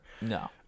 No